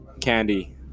Candy